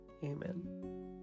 Amen